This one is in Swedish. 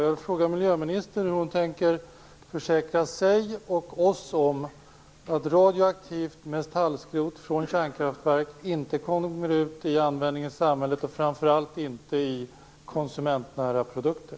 Jag vill fråga miljöministern hur hon tänker försäkra sig och oss om att radioaktivt metallskrot från kärnkraftverk inte kommer ut i användning i samhället, framför allt inte i konsumentnära produkter.